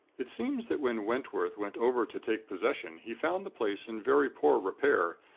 it seems that when wentworth went over to take possession, he found the place in very poor repair,